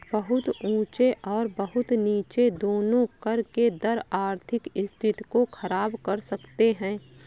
बहुत ऊँचे और बहुत नीचे दोनों कर के दर आर्थिक स्थिति को ख़राब कर सकते हैं